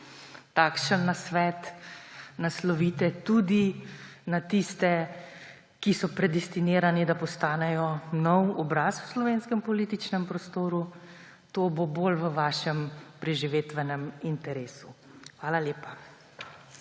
takšen nasvet naslovite tudi na tiste, ki so predestinirani, da postanejo nov obraz v slovenskem političnem prostoru. To bo bolj v vašem preživitvenem interesu. Hvala lepa.